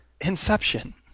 Inception